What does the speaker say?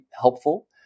helpful